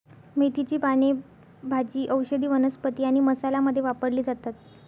मेथीची पाने भाजी, औषधी वनस्पती आणि मसाला मध्ये वापरली जातात